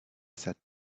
sat